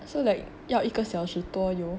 so like 要一个小时多 yo